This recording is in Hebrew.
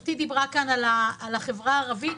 חברתי דיברה על החברה הערבית.